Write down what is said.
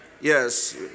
Yes